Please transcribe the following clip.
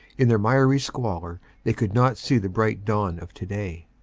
in their miry squalor they could not see the bright dawn of today.